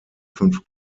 fünf